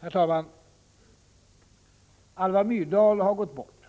Herr talman! Alva Myrdal har gått bort.